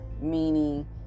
meaning